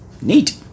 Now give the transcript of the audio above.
Neat